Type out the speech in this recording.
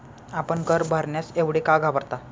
आपण कर भरण्यास एवढे का घाबरता?